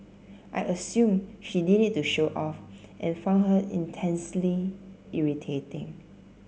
I assumed she did it to show off and found her intensely irritating